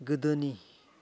गोदोनि